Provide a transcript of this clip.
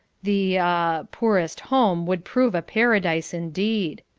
the ah poorest home would prove a paradise indeed!